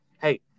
hey